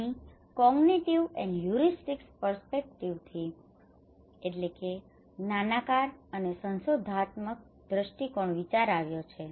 અહીં cognitive and heuristic પર્સ્પેક્ટિવથી cognitive and a heuristic perspective જ્ઞાનાકાર અને સંશોધનાત્મક દ્રષ્ટિકોણ વિચાર આવ્યો છે